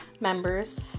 members